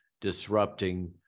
disrupting